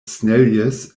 snellius